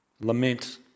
Lament